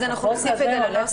אז אנחנו נוסיף את זה לנוסח.